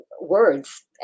words